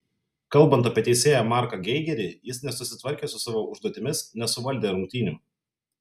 kalbant apie teisėją marką geigerį jis nesusitvarkė su savo užduotimis nesuvaldė rungtynių